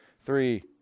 Three